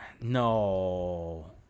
no